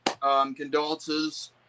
condolences